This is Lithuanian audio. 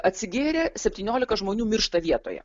atsigėrę septyniolika žmonių miršta vietoje